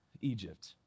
Egypt